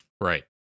Right